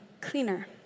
cleaner